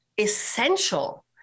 essential